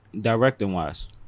directing-wise